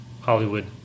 Hollywood